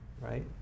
right